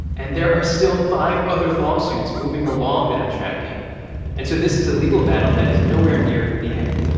and there are still five other lawsuits moving along that i'm tracking and so this is a legal battle that is nowhere near the end.